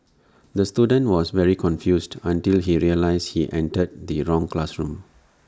the student was very confused until he realised he entered the wrong classroom